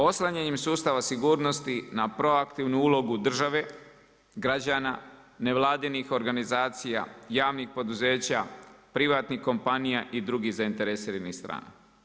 Oslanjanjem sustava sigurnosti na proaktivnu ulogu države, građane, nevladinih organizacija, javnih poduzeća, privatnih kompanija i drugih zainteresiranih strana.